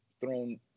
thrown